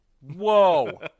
Whoa